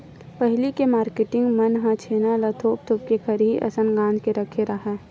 पहिली के मारकेटिंग मन ह छेना ल थोप थोप के खरही असन गांज के रखे राहय